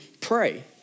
pray